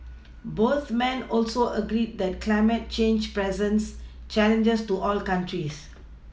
both men also agreed that climate change presents challenges to all countries